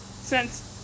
since-